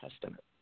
Testament